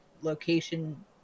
location